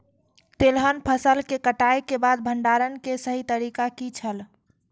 तेलहन फसल के कटाई के बाद भंडारण के सही तरीका की छल?